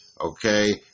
Okay